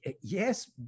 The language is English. Yes